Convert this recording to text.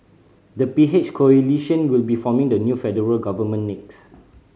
the P H coalition will be forming the new federal government next